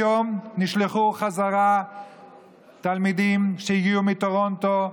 היום נשלחו חזרה תלמידים שהגיעו מטורונטו,